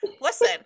Listen